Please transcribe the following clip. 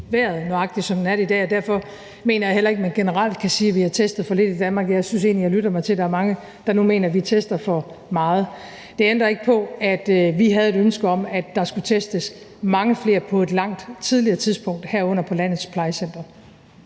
vejret, nøjagtig som den er det i dag, og derfor mener jeg heller ikke, at man generelt kan sige, at vi har testet for lidt i Danmark. Jeg synes egentlig, jeg lytter mig til, at der er mange, der nu mener, at vi tester for meget. Det ændrer ikke på, at vi havde et ønske om, at der skulle testes mange flere på et langt tidligere tidspunkt, herunder på landets plejecentre.